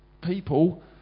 people